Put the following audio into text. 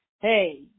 hey